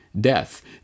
death